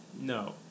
No